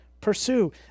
pursue